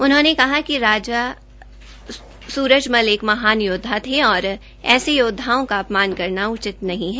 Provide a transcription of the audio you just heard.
उन्होंने कहा कि राज्य सूरजमल एक महान योद्वा था और ऐसे योद्वाओं का अपमान करना उचित नहीं है